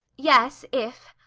yes, if!